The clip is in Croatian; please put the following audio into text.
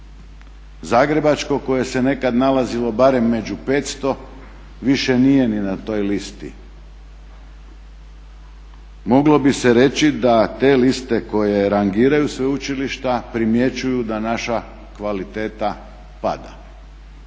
Zagrebačko, koje se nekad nalazilo barem među 500, više nije ni na toj listi. Moglo bi se reći da te liste koje rangiraju sveučilišta primjećuju da naša kvaliteta pada.